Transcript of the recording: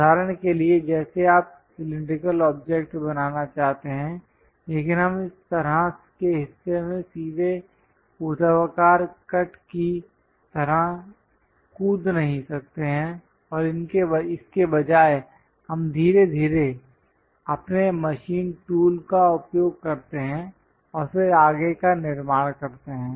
उदाहरण के लिए जैसे आप सिलैंडरिकल ऑब्जेक्ट्स बनाना चाहते हैं लेकिन हम इस तरह के हिस्से में सीधे ऊर्ध्वाधर कट की तरह कूद नहीं सकते हैं और इसके बजाय हम धीरे धीरे अपने मशीन टूल का उपयोग करते हैं और फिर आगे का निर्माण करते हैं